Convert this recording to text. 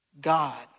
God